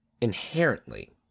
inherently